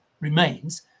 remains